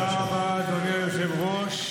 תודה רבה, אדוני היושב-ראש.